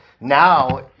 now